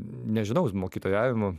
nežinau mokytojavimu